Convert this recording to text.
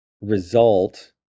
result